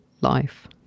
life